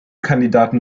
kandidaten